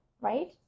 right